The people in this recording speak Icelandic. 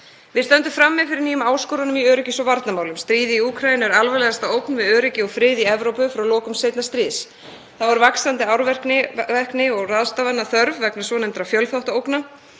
Við stöndum frammi fyrir nýjum áskorunum í öryggis- og varnarmálum. Stríð í Úkraínu er alvarlegasta ógn við öryggi og frið í Evrópu frá lokum seinna stríðs. Þá er vaxandi árvekni og ráðstafana þörf vegna svonefndra fjölþáttaógna.